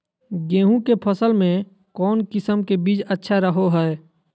गेहूँ के फसल में कौन किसम के बीज अच्छा रहो हय?